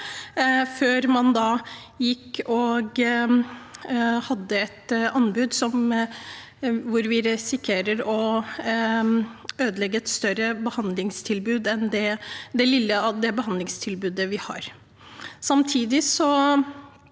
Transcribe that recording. før man gikk og fikk et anbud hvor vi risikerer å ødelegge et større behandlingstilbud enn det lille behandlingstilbudet vi har.